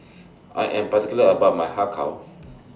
I Am particular about My Har Kow